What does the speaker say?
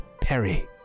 Perry